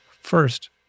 First